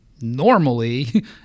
normally